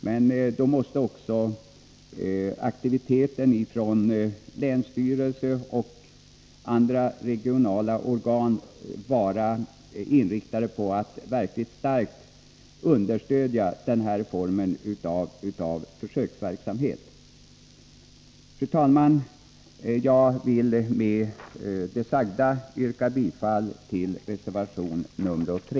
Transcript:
Men då måste också aktiviteten ifrån länsstyrelse och andra regionala organ vara inriktad på att verkligt starkt understödja denna form av försöksverksamhet. Fru talman! Jag vill med det sagda yrka bifall till reservation 3.